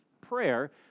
prayer